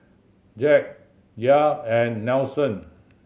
Zack Yair and Nelson